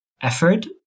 effort